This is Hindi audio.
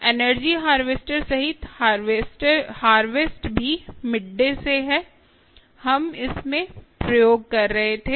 एनर्जी हारवेस्टर सहित हारवेस्ट भी मिडडे से है हम इसमें प्रयोग कर रहे थे